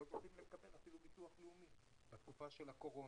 לא יכולים לקבל אפילו ביטוח לאומי בתקופה של הקורונה.